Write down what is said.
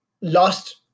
lost